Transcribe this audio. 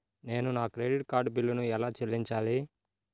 నేను నా credit card బిల్లును ఎలా చెల్లించాలీ?